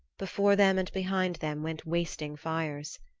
before them and behind them went wasting fires.